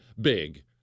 big